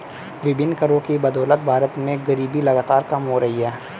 विभिन्न करों की बदौलत भारत में गरीबी लगातार कम हो रही है